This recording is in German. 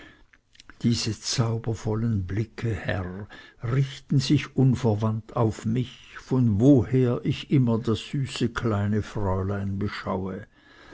diese zaubervollen blicke herr richten sich unverwandt auf mich von woher ich immer das süße kleine fräulein beschaue